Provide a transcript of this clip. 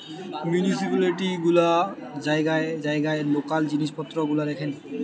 municipality গুলা জায়গায় জায়গায় লোকাল জিনিস পত্র গুলা দেখেন